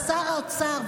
שר האוצר,